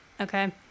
okay